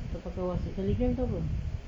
tak pakai whatsapp telegram tu apa